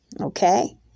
okay